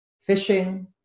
fishing